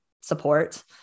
support